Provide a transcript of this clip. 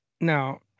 Now